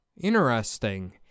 Interesting